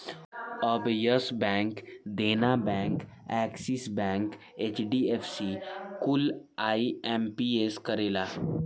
अब Yes Bank, Dena Bank, Axis Bank, HDFC कुल IMPS करेला